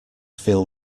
feel